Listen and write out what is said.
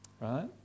right